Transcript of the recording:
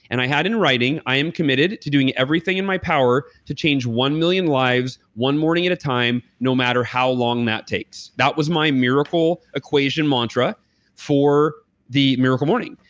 and i had in writing, i am committed to doing everything in my power to change one million lives one morning at a time, no matter how long that takes. that was my miracle equation mantra for the miracle morning.